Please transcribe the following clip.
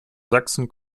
sachsen